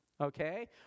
okay